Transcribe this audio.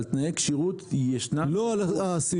על תנאי כשירות ישנם -- לא על הסעיפים